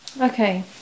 Okay